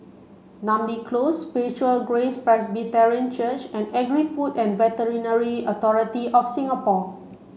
Namly Close Spiritual Grace Presbyterian Church and Agri Food and Veterinary Authority of Singapore